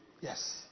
Yes